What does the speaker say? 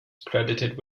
credited